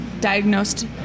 diagnosed